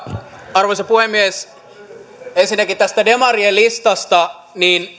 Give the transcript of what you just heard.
arvoisa puhemies ensinnäkin tästä demarien listasta